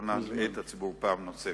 לא נלאה את הציבור פעם נוספת.